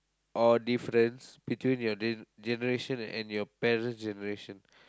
or difference between your gen~ generation and your parents generation